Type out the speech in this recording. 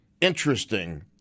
interesting